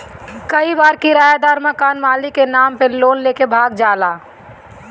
कई बार किरायदार मकान मालिक के नाम पे लोन लेके भाग जाला